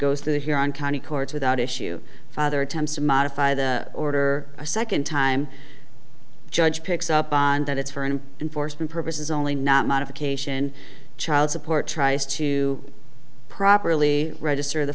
goes through here on county courts without issue father attempts to modify the order a second time judge picks up on that it's for and enforcement purposes only not modification child support tries to properly register the